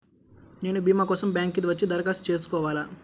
నేను భీమా కోసం బ్యాంక్కి వచ్చి దరఖాస్తు చేసుకోవాలా?